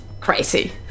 crazy